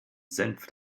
senf